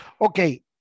Okay